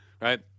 right